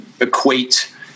equate